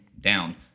down